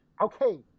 Okay